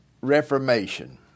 reformation